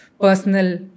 personal